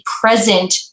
present